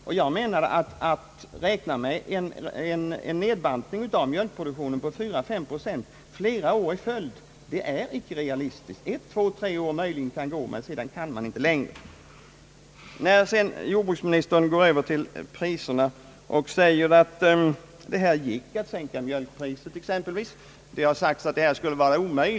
Det är inte realistiskt att räkna med en nedbantning av mjölkproduktionen med 4 å 5 procent flera år i följd. Det kan vara möjligt att göra en sådan nedbantning under ett, två eller tre år, men under längre tid går det inte. Jordbruksministern var också inne på prissättningen och framhöll att det exempelvis gick att sänka mjölkpriset i år ehuru vi hade sagt att det skulle vara omöjligt.